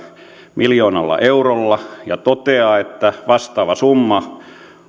miljoonalla eurolla ja toteaa että vastaava summa